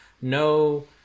no